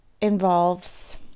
involves